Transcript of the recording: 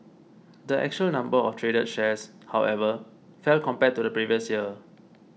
the actual number of traded shares however fell compared to the previous year